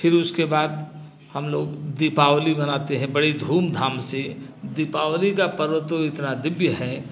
फिर उसके बाद हम लोग दीपावली मनाते हैं बड़े धूमधाम से दीपावली का पर्व तो इतना दिव्य है